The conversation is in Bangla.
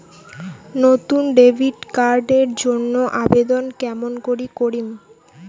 নতুন ডেবিট কার্ড এর জন্যে আবেদন কেমন করি করিম?